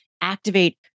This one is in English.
activate